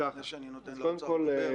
לפני שאני נותן לאוצר לדבר.